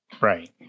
Right